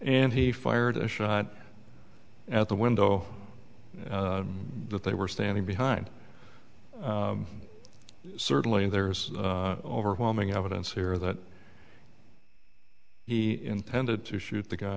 and he fired a shot at the window that they were standing behind certainly there's overwhelming evidence here that he intended to shoot the guy